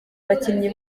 abakinnyi